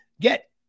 get